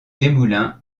desmoulins